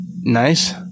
nice